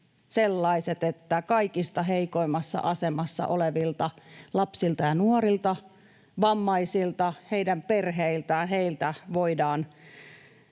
sellaiset, että kaikista heikoimmassa asemassa olevilta lapsilta ja nuorilta, vammaisilta, heidän perheiltään voidaan